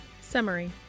Summary